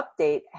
update